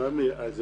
תגיד את זה.